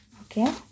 Okay